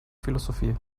filosofía